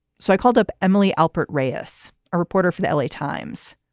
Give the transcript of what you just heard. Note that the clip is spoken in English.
so i called up emily alpert reyes, a reporter for the l a. times.